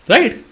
Right